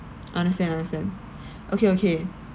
understand understand okay okay